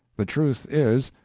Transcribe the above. the truth is,